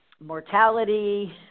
mortality